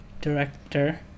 director